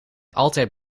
altijd